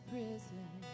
prison